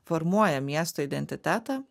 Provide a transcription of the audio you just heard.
formuoja miesto identitetą